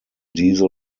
diesel